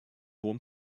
hohem